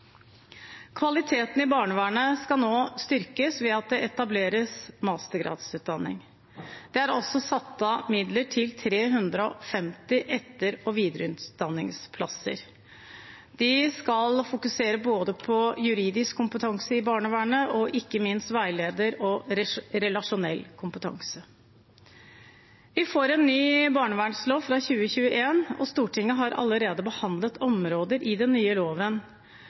Kvaliteten i barnevernet skal nå styrkes ved at det etableres mastergradsutdanning. Det er også satt av midler til 350 etter- og videreutdanningsplasser. De skal fokusere på både juridisk kompetanse i barnevernet og ikke minst veilederkompetanse og relasjonell kompetanse. Vi får en ny barnevernlov i 2021, og Stortinget har allerede behandlet områder i den nye loven.